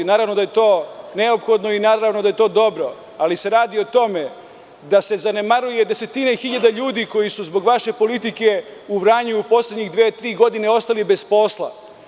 Naravno da je to neophodno i naravno da je to dobro, ali se radi o tome da se zanemaruje desetine hiljada ljudi koji su zbog vaše politike u Vranju poslednjih dve, tri godine ostali bez posla.